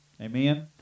Amen